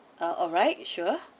uh alright sure